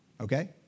okay